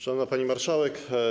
Szanowna Pani Marszałek!